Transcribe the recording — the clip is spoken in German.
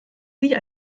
sie